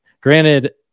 Granted